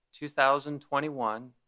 2021